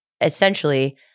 essentially